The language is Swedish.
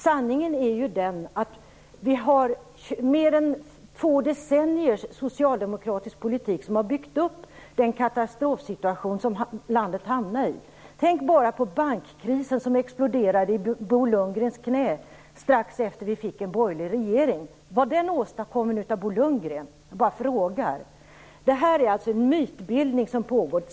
Sanningen är den, att det är mer än två decenniers socialdemokratisk politik som har byggt upp den katastrofsituation som landet hamnade i. Tänk bara på bankkrisen, som exploderade i Bo Lundgrens knä strax efter det att vi fick en borgerlig regering. Var den åstadkommen av Bo Lundgren? Jag bara frågar. Det är en mytbildning som pågår.